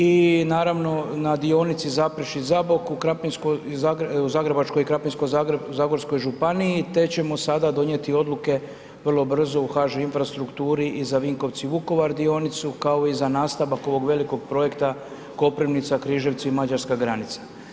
I naravno na dionici Zaprešić-Zabok u Zagrebačko i Krapinsko-zagorskoj županiji te ćemo sada donijeti odluke vrlo brzo u HŽ Infrastrukturi i za Vinkovci-Vukovar dionicu kao i za nastavak ovog velikog projekta Koprivnica-Križevci i Mađarska granica.